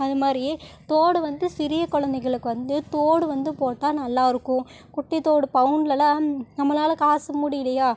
அது மாதிரி தோடு வந்து சிறிய குழந்தைங்களுக்கு வந்து தோடு வந்து போட்டால் நல்லா இருக்கும் குட்டி தோடு பவுன்லெல்லாம் நம்மளால காசு முடியலியா